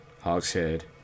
Hogshead